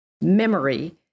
memory